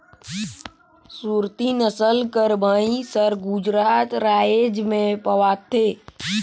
सुरती नसल कर भंइस हर गुजरात राएज में पवाथे